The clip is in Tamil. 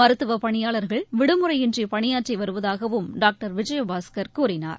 மருத்துவப் பணியாளர்கள் விடுமுறையின்றிபணியாற்றிவருவதாகவும் டாக்டர் விஜயபாஸ்கர் கூறினார்